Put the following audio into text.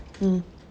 mm